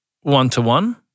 one-to-one